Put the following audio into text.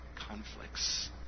conflicts